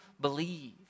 believe